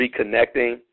reconnecting